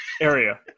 area